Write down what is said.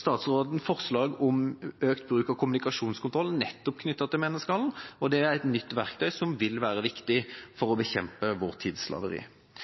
statsråden forslag om økt bruk av kommunikasjonskontroll nettopp knyttet til menneskehandel. Det er et nytt verktøy som vil være viktig for å bekjempe vår